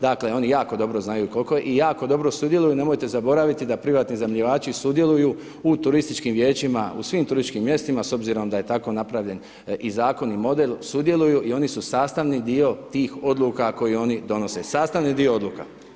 Dakle, oni jako dobro znaju kol'ko je, i jako dobro sudjeluju, nemojte zaboraviti da privatni iznajmljivači sudjeluju u turističkim vijećima u svim turističkim mjestima s obzirom da je tako napravljen i Zakon, i model, sudjeluju i oni su sastavni dio tih Odluka koji oni donose, sastavni dio Odluka.